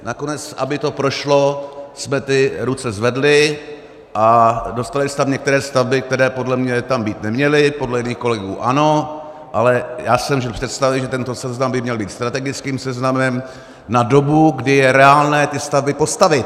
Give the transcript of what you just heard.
Nakonec, aby to prošlo, jsme ty ruce zvedli a dostaly se tam některé stavby, které podle mě tam být neměly, podle jiných kolegů ano, ale já jsem žil v představě, že tento seznam by měl být strategickým seznamem na dobu, kdy je reálné ty stavby postavit.